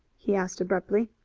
he asked abruptly.